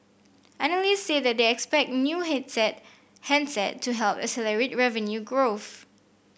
analyst said they expect new hit set handset to help accelerate revenue growth